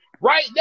right